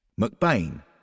McBain